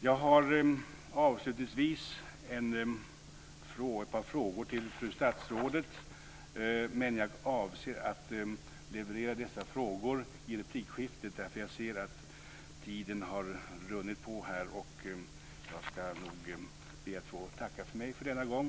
Jag har avslutningsvis ett par frågor till fru statsrådet, men jag avser att leverera dessa frågor i replikskiftet, eftersom jag ser att tiden har runnit i väg, och jag ska be att få tacka för mig för denna gång.